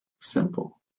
simple